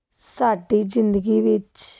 ਸਾਡੀ ਜ਼ਿੰਦਗੀ ਵਿੱਚ